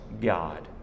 God